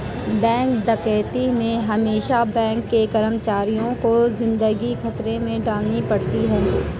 bank डकैती में हमेसा बैंक के कर्मचारियों को जिंदगी खतरे में डालनी पड़ती है